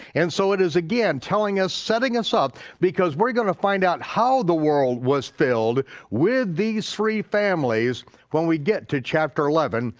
and so it is again telling us, setting us up because we're gonna find out how the world was filled with these three families when we get to chapter eleven,